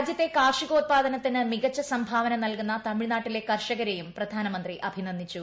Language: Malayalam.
രാജ്യത്തെ കാർഷികോത്പാദനത്തിന് മികച്ച സംഭാവന നൽകുന്ന തമിഴ്നാട്ടിലെ കർഷകരെയും പ്രധാനമന്ത്രി അഭിനന്ദിച്ചു